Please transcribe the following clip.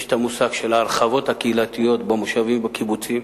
ויש המושג של ההרחבות הקהילתיות במושבים ובקיבוצים.